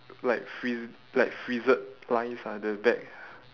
like friz~ like frizzed lines ah the back